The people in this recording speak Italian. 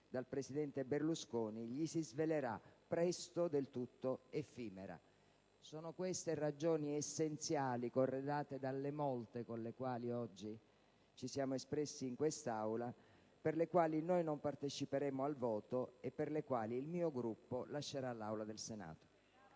dal presidente Berlusconi, gli si svelerà presto del tutto effimera. Sono queste le ragioni essenziali, corredate dalle molte con le quali oggi ci siamo espressi in quest'Aula, per le quali non parteciperemo al voto e per le quali il mio Gruppo lascerà l'Aula del Senato.